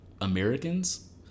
Americans